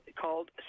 called